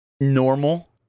normal